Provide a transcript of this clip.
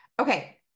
Okay